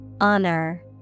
Honor